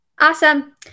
awesome